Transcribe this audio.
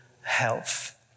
health